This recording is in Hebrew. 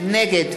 נגד